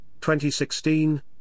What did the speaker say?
2016